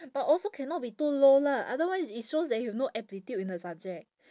but also cannot be too low lah otherwise it shows that you have no aptitude in the subject